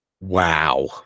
wow